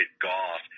golf